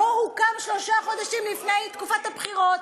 לא הוקם שלושה חודשים לפני תקופת הבחירות?